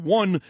one